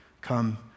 come